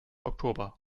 oktober